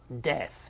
death